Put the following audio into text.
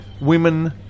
women